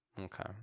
Okay